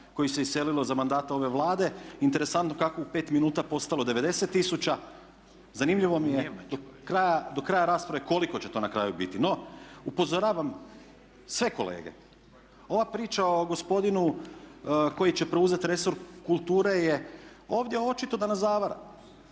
koji se iselilo za mandata ove Vlade. Interesantno kako u 5 minuta postalo 90 000. Zanimljivo mi je do kraja rasprave koliko će to na kraju biti. No, upozoravam sve kolege, ova priča o gospodinu koji će preuzeti resor kulture je ovdje očito da nas zavara